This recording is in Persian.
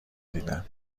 دیدن